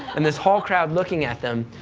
and this whole crowd looking at them.